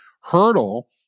hurdle